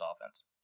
offense